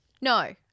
No